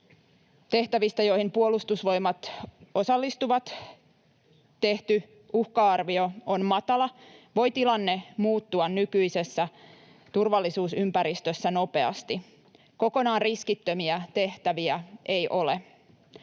tehtävistä, joihin Puolustusvoimat osallistuvat, tehty uhka-arvio on matala, voi tilanne muuttua nykyisessä turvallisuusympäristössä nopeasti. Kokonaan riskittömiä tehtäviä ei ole.